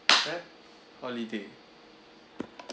clap holiday